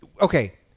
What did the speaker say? Okay